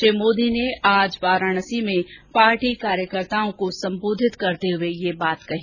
श्री मोदी ने वाराणसी में पार्टी कार्यकर्ताओं को संबोधित करते हुए ये बात कही